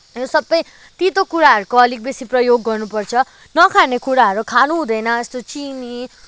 यो सबै तितो कुराहरूको अलिक बेसी प्रयोग गर्नुपर्छ नखाने कुराहरू खानु हुँदैन यस्तो चिनी